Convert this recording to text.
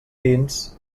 dins